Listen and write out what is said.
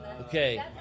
Okay